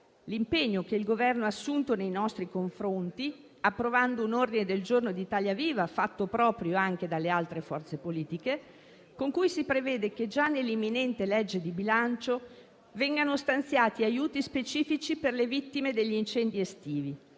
l'impegno che il Governo ha assunto nei nostri confronti approvando un ordine del giorno di Italia Viva, fatto proprio anche dalle altre forze politiche, con cui si prevede che già nell'imminente legge di bilancio vengano stanziati aiuti specifici per le vittime degli incendi estivi,